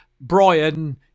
Brian